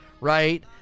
Right